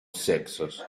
sexos